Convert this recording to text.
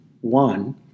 one